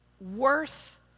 worth